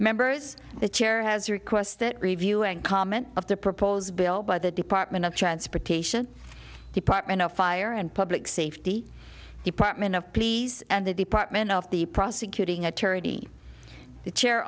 members the chair has requests that review and comment of the proposed bill by the department of transportation department of fire and public safety department of peace and the department of the prosecuting attorney the chair